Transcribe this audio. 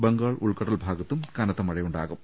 ബംഗാൾ ഉൾക്കടൽ ഭാഗത്തും കനത്ത മഴ യുണ്ടാകും